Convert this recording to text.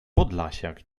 podlasiak